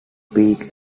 peak